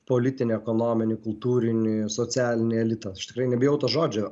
politinį ekonominį kultūrinį socialinį elitą aš tikrai nebijau to žodžio